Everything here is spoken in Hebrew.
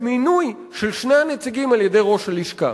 מינוי של שני הנציגים על-ידי ראש הלשכה.